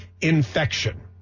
infection